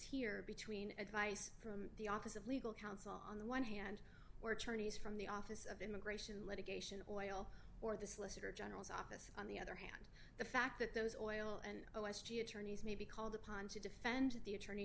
here between advice from the office of legal counsel on the one hand or attorneys from the office of immigration litigation oil or the solicitor general's office and the fact that those oil and l s d attorneys may be called upon to defend the attorney